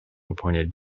appointed